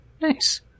Nice